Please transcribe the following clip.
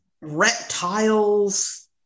reptiles